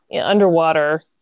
underwater